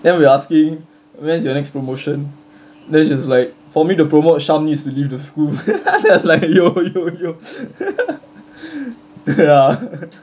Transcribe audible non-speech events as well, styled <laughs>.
then we're asking when's your next promotion then she was like for me to promote shamis needs to leave the school <laughs> like yo yo yo